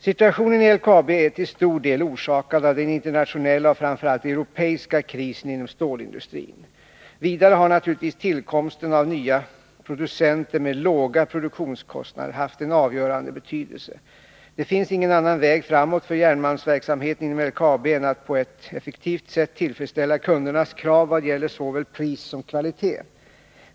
Situationen i LKAB är till stor del orsakad av den internationella, och framför allt europeiska, krisen inom stålindustrin. Vidare har naturligtvis tillkomsten av nya producenter med låga produktionskostnader haft en avgörande betydelse. Det finns ingen annan väg framåt för järnmalmsverksamheten inom LKAB än att på ett effektivt sätt tillfredsställa kundernas krav vad gäller såväl pris som kvalitet.